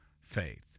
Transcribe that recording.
faith